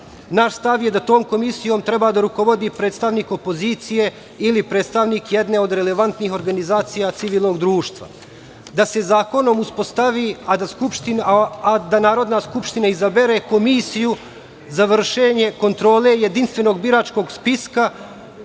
stav je da tom komisijom treba da rukovodi predstavnik opozicije ili predstavnik jedne od relevantnih organizacija civilnog društva. Da se zakonom uspostavi, a da Narodna skupština izabere komisiju za vršenje kontrole jedinstvenog biračkog spiska